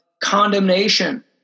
condemnation